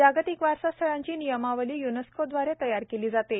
जागतिक वारसा स्थळांची नियमावली य्नेस्कोद्वारे तयार केली जाते